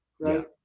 right